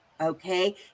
okay